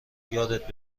یادت